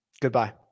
goodbye